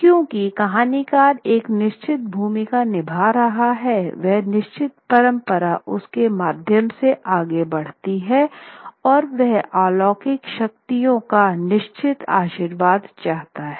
क्योंकि कहानीकार एक निश्चित भूमिका निभा रहा है एक निश्चित परंपरा उसके माध्यम से आगे बढ़ती है और वह अलौकिक शक्तियों का निश्चित आशीर्वाद चाहता है